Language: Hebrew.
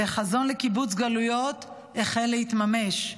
וחזון לקיבוץ גלויות החל להתממש.